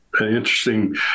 interesting